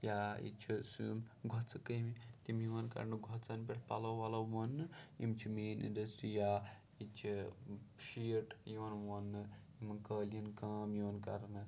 یا ییٚتہِ چھِ سُہ گۄژٕ کیٚمہِ تِم یِوان کَڈنہٕ گۄژَن پٮ۪ٹھ پَلو وَلو ووننہٕ یِم چھِ مین اِنڈَسٹِرٛی یا ییٚتہِ چھِ شیٖٹ یِوان ووننہٕ یِمَن قٲلیٖن کٲم یِوان کَرنہٕ